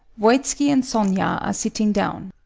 voitski and sonia are sitting down.